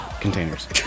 containers